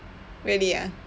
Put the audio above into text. really ah